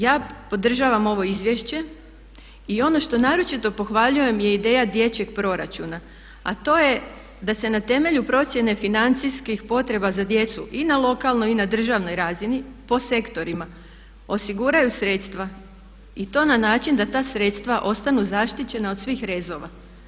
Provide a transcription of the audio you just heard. Ja podražavam ovo izvješće i ono što naročito pohvaljujem je ideja dječjeg proračuna a to je da se na temelju procjene financijskih potreba za djecu i na lokalnoj i na državnoj razini po sektorima osiguraju sredstva i to na način da ta sredstva ostanu zaštićena od svih rezova.